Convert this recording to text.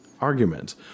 argument